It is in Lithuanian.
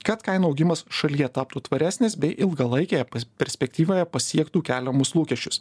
kad kainų augimas šalyje taptų tvaresnis bei ilgalaikė perspektyvoje pasiektų keliamus lūkesčius